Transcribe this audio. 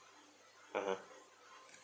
(uh huh)